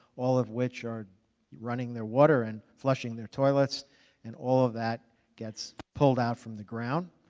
all of which are running their water and flushing their toilets and all of that gets pulled out from the ground.